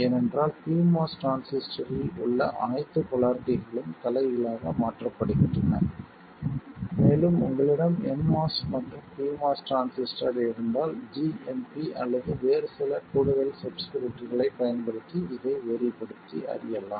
ஏனென்றால் pMOS டிரான்சிஸ்டரில் உள்ள அனைத்து போலாரிட்டிகளும் தலைகீழாக மாற்றப்படுகின்றன மேலும் உங்களிடம் nMOS மற்றும் pMOS டிரான்சிஸ்டர் இருந்தால் gmp அல்லது வேறு சில கூடுதல் சப்ஸ்கிரிப்ட்களைப் பயன்படுத்தி இதை வேறுபடுத்தி அறியலாம்